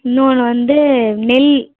இன்னொன்று வந்து நெல்